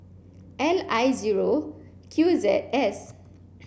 L I zero Q Z S